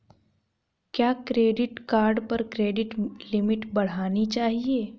क्या credit card पर credit limit बढ़ानी चाहिए?